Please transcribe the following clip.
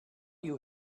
you